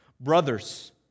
Brothers